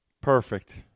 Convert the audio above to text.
Perfect